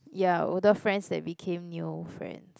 ya older friends that became new friends